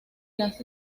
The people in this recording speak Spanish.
las